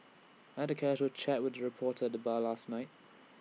I had A casual chat with A reporter at the bar last night